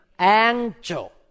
angel